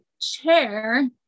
chair